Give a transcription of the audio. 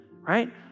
right